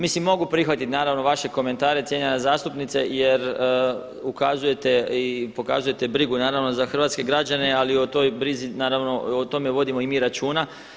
Mislim mogu prihvatiti naravno vaše komentare cijenjena zastupnice jer ukazujete i pokazujete brigu naravno za hrvatske građane ali o toj brizi, naravno o tome vodimo i mi računa.